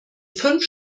fünf